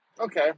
Okay